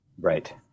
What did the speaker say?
Right